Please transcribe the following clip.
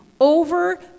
over